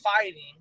fighting